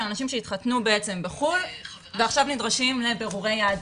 של אנשים שהתחתנו בחו"ל ועכשיו נדרשים לבירורי יהדות,